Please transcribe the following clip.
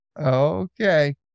okay